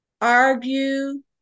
argue